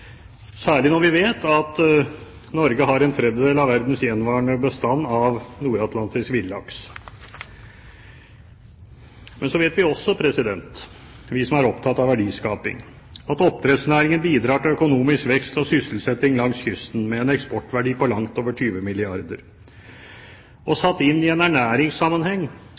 særlig når vi vet at Norge har en tredjedel av verdens gjenværende bestand av nordatlantisk villaks. Men så vet vi også – vi som er opptatt av verdiskaping – at oppdrettsnæringen bidrar til økonomisk vekst og sysselsetting langs kysten med en eksportverdi på langt over 20 milliarder kr. Satt inn i en ernæringssammenheng